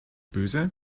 böse